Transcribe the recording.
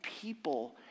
people